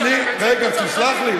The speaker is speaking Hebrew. רגע, תסלח לי.